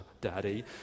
daddy